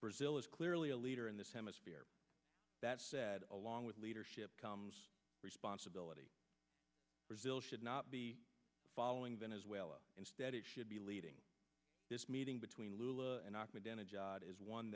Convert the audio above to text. brazil is clearly a leader in this hemisphere that said along with leadership comes responsibility brazil should not be following venezuela instead it should be leading this meeting between lula and knock me down a job is one